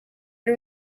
per